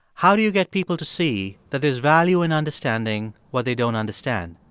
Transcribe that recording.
how do you get people to see that is value in understanding what they don't understand?